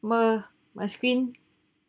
my my screen